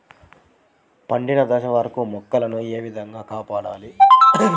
పండిన దశ వరకు మొక్కల ను ఏ విధంగా కాపాడాలి?